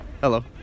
Hello